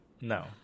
No